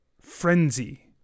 frenzy